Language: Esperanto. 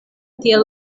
tiel